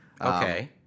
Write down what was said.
Okay